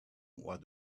where